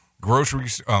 groceries